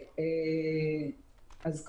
בבקשה.